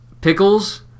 pickles